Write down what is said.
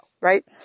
Right